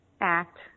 act